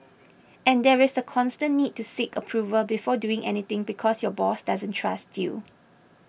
and there is the constant need to seek approval before doing anything because your boss doesn't trust you